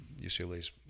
UCLA's